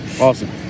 Awesome